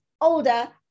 older